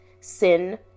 sin